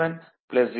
521 1